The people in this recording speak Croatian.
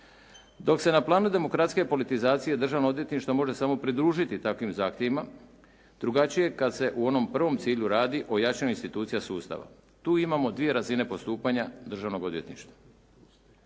Dok se na planu demokratske politizacije državno odvjetništvo može samo pridružiti takvim zahtjevima drugačije je kad se u onom prvom cilju radi o jačanju institucija sustava. Tu imamo dvije razine postupanja državnog odvjetništva.